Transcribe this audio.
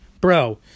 bro